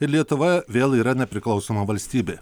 ir lietuva vėl yra nepriklausoma valstybė